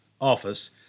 office